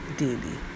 daily